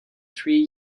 three